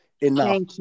enough